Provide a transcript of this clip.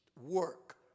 work